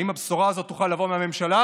האם הבשורה הזאת תוכל לבוא מהממשלה?